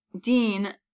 Dean